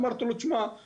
אמרתי לו תשמע,